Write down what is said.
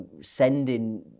sending